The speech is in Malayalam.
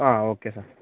ആ ഓക്കെ സാർ